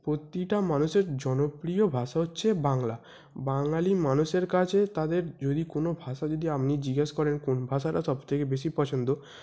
প্রতিটা মানুষের জনপ্রিয় ভাষা হচ্ছে বাংলা বাঙালি মানুষের কাছে তাদের যদি কোনো ভাষা যদি আপনি জিজ্ঞেস করেন কোন ভাষাটা সব থেকে বেশি পছন্দ